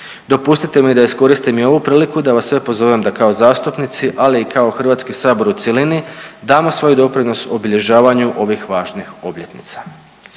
Dopustite mi da iskoristim i ovu priliku da vas sve pozovem da kao zastupnici ali i kao Hrvatski sabor u cjelini damo svoj doprinos u obilježavanju ovih važnih obljetnica.